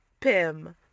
Pim